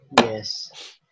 Yes